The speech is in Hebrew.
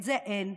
את זה אין.